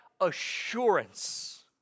assurance